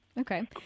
Okay